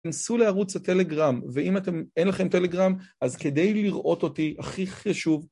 כנסו לערוץ הטלגרם, ואם אתם אין לכם טלגרם, אז כדי לראות אותי, הכי חשוב...